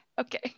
Okay